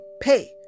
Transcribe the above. pay